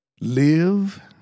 live